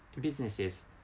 businesses